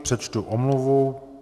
Přečtu omluvu.